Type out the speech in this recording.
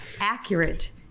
Accurate